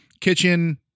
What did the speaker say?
Kitchen